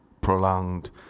Prolonged